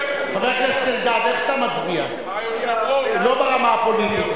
חבר הכנסת אלדד, איך אתה מצביע, לא ברמה הפוליטית?